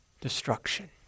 destruction